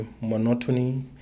monotony